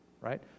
right